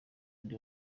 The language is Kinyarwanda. ndi